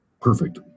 Perfect